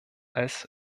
als